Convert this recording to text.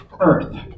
earth